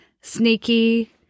sneaky